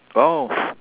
oh